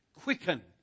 quicken